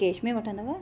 cash में वठंदव